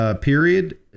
period